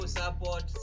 support